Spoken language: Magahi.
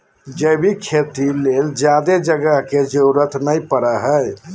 जैविक खेती ले ज्यादे जगह के जरूरत नय पड़ो हय